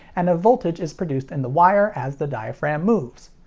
and a voltage is produced in the wire as the diaphragm moves.